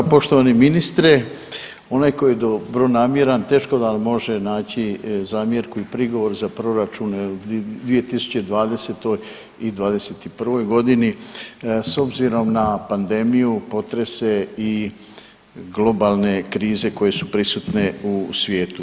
Poštovani ministre onaj tko je dobronamjeran teško da vam može naći zamjerku i prigovor za proračune u 2020. i '21. godini s obzirom na pandemiju, potrese i globalne krize koje su prisutne u svijetu.